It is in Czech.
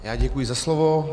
Já děkuji za slovo.